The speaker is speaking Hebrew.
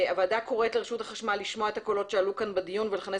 הוועדה קוראת לרשות החשמל לשמוע את הקולות שעלו כאן בדיון ולכנס